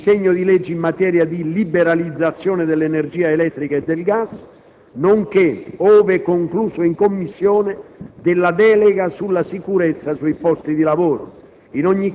del disegno di legge in materia di liberalizzazione dell'energia elettrica e del gas, nonché - ove concluso dalla Commissione - della delega sulla sicurezza nei posti di lavoro.